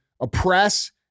oppress